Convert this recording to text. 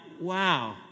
wow